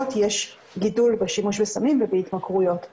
יש גידול בשימוש בסמים ובהתמכרויות.